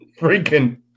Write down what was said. freaking